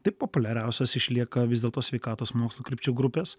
tik populiariausios išlieka vis dėlto sveikatos mokslų krypčių grupės